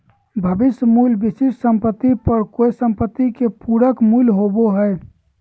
भविष्य मूल्य विशिष्ट समय पर कोय सम्पत्ति के पूरक मूल्य होबो हय